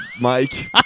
Mike